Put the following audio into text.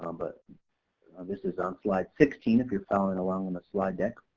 um but this is on slide sixteen if you're following along on the slide deck.